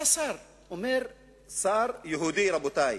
בא שר יהודי, רבותי,